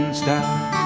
stop